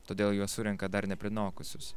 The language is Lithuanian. todėl juos surenka dar neprinokusius